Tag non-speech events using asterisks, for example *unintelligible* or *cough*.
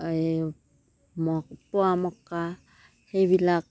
*unintelligible* পোৱামক্কা সেইবিলাক